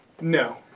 No